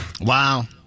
Wow